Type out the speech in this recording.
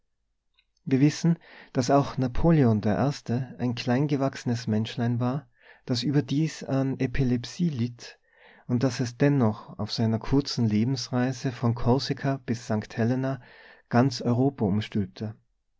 daß auch napoleon der erste ein klein gewachsenes menschlein war das überdies an epilepsie litt und daß es dennoch auf seiner kurzen lebensreise von korsika bis sankt helena ganz europa umstülpte